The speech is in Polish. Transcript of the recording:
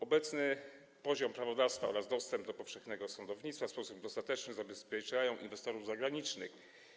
Obecny poziom prawodawstwa oraz dostęp do powszechnego sądownictwa w sposób dostateczny zabezpieczają inwestorów zagranicznych.